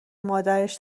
مادرش